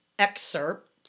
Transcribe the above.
excerpt